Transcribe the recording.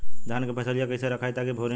धान क फसलिया कईसे रखाई ताकि भुवरी न लगे?